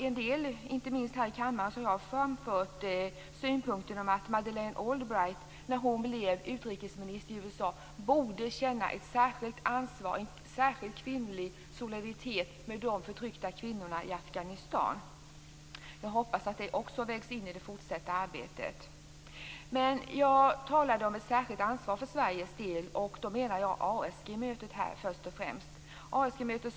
En del, inte minst i denna kammare, har framfört synpunkten att Madeleine Albright när hon blev utrikesminister i USA borde känna ett särskilt ansvar, en särskild kvinnlig solidaritet med de förtryckta kvinnorna i Afghanistan. Jag hoppas att också det vägs in i det fortsatta arbetet. Jag har talat om ett särskilt ansvar för Sveriges del och avser då först och främst ASG-mötet.